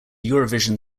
eurovision